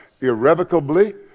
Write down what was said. irrevocably